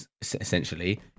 essentially